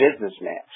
businessman